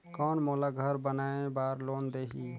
कौन मोला घर बनाय बार लोन देही?